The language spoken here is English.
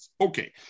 okay